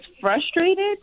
frustrated